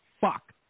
fuck